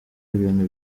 ibintu